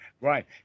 right